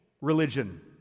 religion